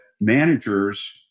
managers